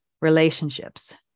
relationships